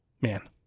Man